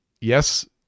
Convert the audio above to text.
yes